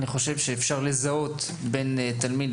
אני חושב שאפשר לזהות בין התלמידים,